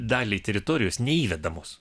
daliai teritorijos neįvedamos